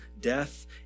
death